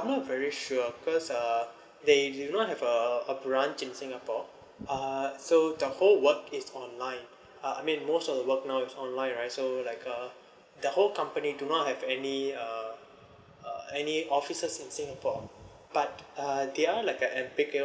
I'm not very sure because uh they do not have uh a branch in singapore uh so the whole work is online uh I mean most of the work now is online right so like uh the whole company do not have any uh uh any officers in singapore but uh they are like uh